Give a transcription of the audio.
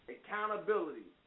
Accountability